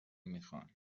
میخواهند